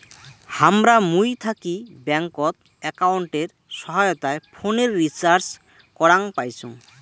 হামরা মুই থাকি ব্যাঙ্কত একাউন্টের সহায়তায় ফোনের রিচার্জ করাং পাইচুঙ